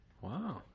Wow